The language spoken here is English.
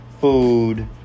food